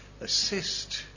assist